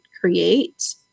create